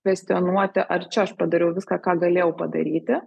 kvestionuoti ar čia aš padariau viską ką galėjau padaryti